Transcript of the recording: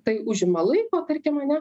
tai užima laiko tarkim ane